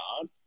God